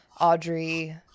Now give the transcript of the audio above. Audrey